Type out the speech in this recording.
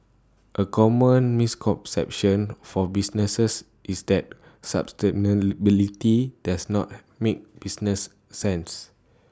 A common misconception for businesses is that sustainability does not make business sense